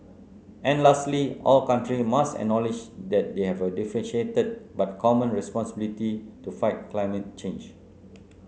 and lastly all countries must acknowledge that they have a differentiated but common responsibility to fight climate change